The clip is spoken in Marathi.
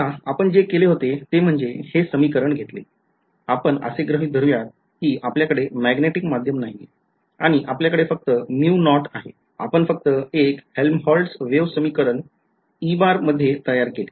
आता आपण जे केले होते ते म्हणजे हे समीकरणं घेतले आपण असे गृहीत धरुयात कि आपल्याकडे मॅग्नेटिक माध्यम नाहीये आणि आपल्याकडे फक्त mu naught आहे आपण फक्त एक Helmholtz वेव समीकरण मध्ये तयार केले